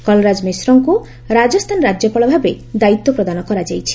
କଳରାଜ ମିଶ୍ରଙ୍କ ରାଜସ୍ଥାନ ରାଜ୍ୟପାଳଭାବେ ଦାୟିତ୍ୱ ପ୍ରଦାନ କରାଯାଇଛି